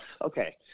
Okay